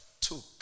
took